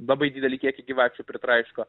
labai didelį kiekį gyvačių pritraiško